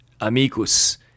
amicus